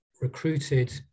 recruited